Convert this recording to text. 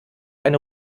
eine